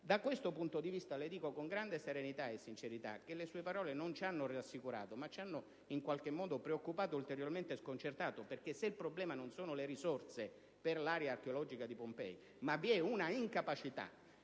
Da questo punto di vista, le dico con grande serenità e sincerità che le sue parole non ci hanno rassicurato ma, in qualche modo, ci hanno preoccupato ulteriormente e sconcertato. Infatti, se il problema non è rappresentato dalle risorse per l'area archeologica di Pompei, ma vi è una incapacità